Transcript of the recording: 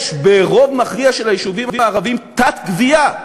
יש ברוב המכריע של היישובים הערביים תת-גבייה,